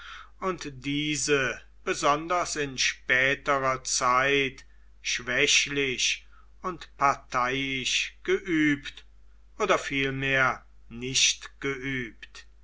und diese besonders in späterer zeit schwächlich und parteiisch geübt oder vielmehr nicht geübt